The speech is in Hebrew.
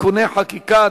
(תיקוני חקיקה),